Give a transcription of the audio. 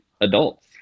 adults